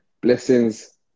Blessings